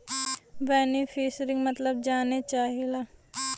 बेनिफिसरीक मतलब जाने चाहीला?